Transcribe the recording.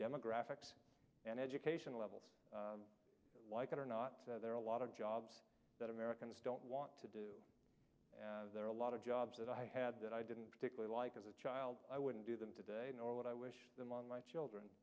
demographics and education levels like it or not there are a lot of jobs that americans don't want to do and there are a lot of jobs that i had that i didn't particularly like as a child i wouldn't do them today nor would i wish them on my children